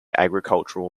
agricultural